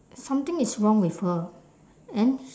something is wrong with her and then